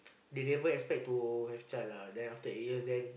they never expect to have child lah then eight years then